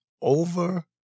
over